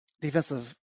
defensive